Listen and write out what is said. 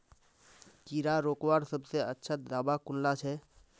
कीड़ा रोकवार सबसे अच्छा दाबा कुनला छे?